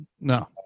No